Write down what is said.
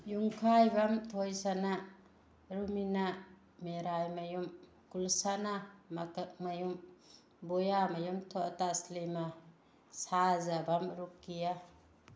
ꯌꯨꯝꯈꯥꯏꯕꯝ ꯊꯣꯏꯁꯅꯥ ꯔꯨꯃꯤꯅꯥ ꯃꯦꯔꯥꯏꯃꯌꯨꯝ ꯀꯨꯜꯁꯅꯥ ꯃꯀꯛꯃꯌꯨꯝ ꯕꯣꯌꯥꯃꯌꯨꯝ ꯊꯣꯇꯥꯁ꯭ꯂꯤꯃꯥ ꯁꯥꯖꯕꯝ ꯔꯨꯀꯤꯌꯥ